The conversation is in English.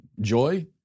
joy